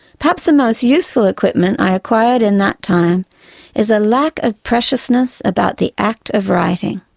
perhaps the most useful equipment i acquired in that time is a lack of preciousness about the act of writing.